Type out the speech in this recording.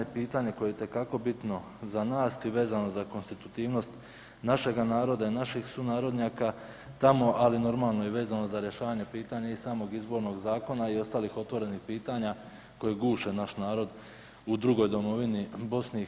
Pitanje koje je itekako bitno za nas i vezano za konstitutivnost našega naroda i naših sunarodnjaka tamo ali normalno i vezano za rješavanje pitanja iz samog Izbornog zakona i ostalih otvorenih pitanja koje guše naš narod u drugoj domovini, u BiH.